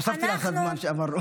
הוספתי לך את הזמן שאמרנו.